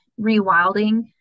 rewilding